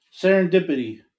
Serendipity